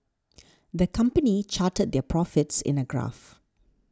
the company charted their profits in a graph